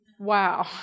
Wow